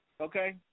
okay